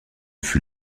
fut